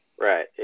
right